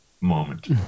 moment